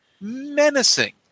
menacing